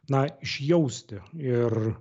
na išjausti ir